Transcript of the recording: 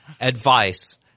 advice